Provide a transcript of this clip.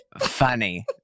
Funny